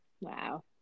Wow